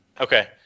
Okay